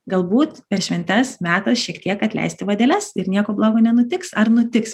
galbūt per šventes metas šiek tiek atleisti vadeles ir nieko blogo nenutiks ar nutiks